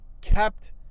kept